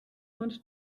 want